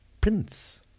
prince